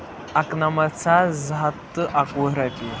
اَکہٕ نَمَتھ ساس زٕ ہَتھ تہٕ اَکہٕ وُہ رۄپیہِ